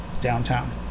downtown